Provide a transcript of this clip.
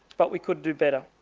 but we could do better.